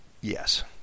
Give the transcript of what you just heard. Yes